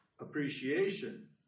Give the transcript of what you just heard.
appreciation